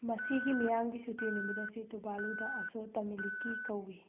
ꯃꯁꯤꯒꯤ ꯃꯤꯌꯥꯝꯒꯤ ꯁꯨꯇꯤ ꯅꯨꯃꯤꯠ ꯑꯁꯤ ꯇꯨꯚꯥꯂꯨꯗ ꯑꯁꯣꯇꯥꯃꯤꯂꯤꯀꯤ ꯀꯧꯏ